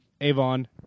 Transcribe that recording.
Avon